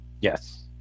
Yes